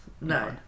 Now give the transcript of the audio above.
no